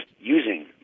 using